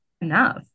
enough